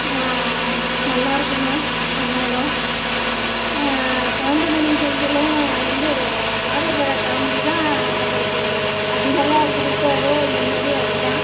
நல்லா இருக்கணும் அவங்களும் கவுண்டமணி செந்திலும் வந்து வாழைப்பழ காமெடி தான் அவங்களுக்கு அதிகமாக கொடுத்ததே முன்னடி அது தான்